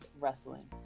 wrestling